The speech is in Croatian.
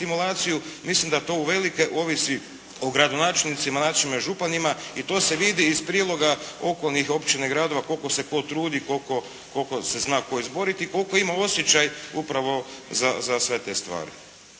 stimulaciju. Mislim da to uvelike ovisi o gradonačelnicima, načelnicima i županima i to se vidi iz priloga okolnih općina i gradova koliko se tko trudi, koliko se zna tko izboriti i koliko ima osjećaj upravo za sve te stvari.